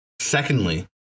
Secondly